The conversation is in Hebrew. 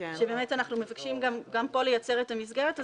שבאמת אנחנו מבקשים גם פה לייצר את המסגרת הזאת.